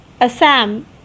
Assam